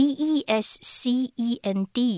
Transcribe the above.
Descend